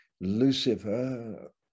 Lucifer